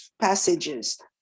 passages